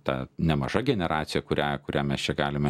ta nemaža generacija kurią kurią mes čia galime